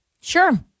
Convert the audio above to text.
Sure